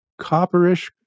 copperish